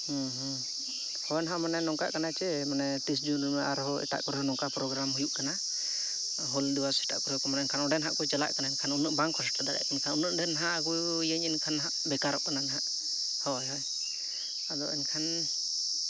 ᱦᱮᱸ ᱦᱮᱸ ᱦᱳᱭ ᱱᱟᱜ ᱢᱟᱱᱮ ᱱᱚᱝᱠᱟᱜ ᱠᱟᱱᱟ ᱪᱮ ᱢᱟᱱᱮ ᱛᱤᱥ ᱡᱩᱱ ᱨᱮᱢᱟ ᱟᱨᱦᱚᱸ ᱮᱴᱟᱜ ᱠᱚᱨᱮ ᱦᱚᱸ ᱱᱚᱝᱠᱟ ᱯᱨᱳᱜᱨᱟᱢ ᱦᱩᱭᱩᱜ ᱠᱟᱱᱟ ᱦᱩᱞ ᱫᱤᱵᱚᱥ ᱮᱴᱟᱜ ᱠᱚᱨᱮ ᱠᱚ ᱢᱟᱱᱟᱣᱮᱫᱼᱟ ᱮᱱᱠᱷᱟᱱ ᱚᱸᱰᱮ ᱱᱟᱜ ᱠᱚ ᱪᱟᱞᱟᱜ ᱠᱟᱱᱟ ᱮᱱᱠᱷᱟᱱ ᱩᱱᱟᱹᱜ ᱵᱟᱝ ᱠᱚ ᱥᱮᱴᱮᱨ ᱫᱟᱲᱮᱭᱟᱜ ᱠᱟᱱᱟ ᱮᱱᱠᱷᱟᱱ ᱩᱱᱟᱹᱜ ᱰᱷᱮᱨ ᱱᱟᱜ ᱟᱜᱩᱭᱟᱹᱧ ᱮᱱᱠᱷᱟᱱ ᱱᱟᱜ ᱵᱮᱠᱟᱨᱚᱜ ᱠᱟᱱᱟ ᱱᱟᱜ ᱦᱚᱭ ᱟᱫᱚ ᱮᱱᱠᱷᱟᱱ